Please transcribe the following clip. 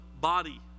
body